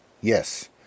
Yes